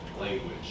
language